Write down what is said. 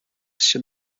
się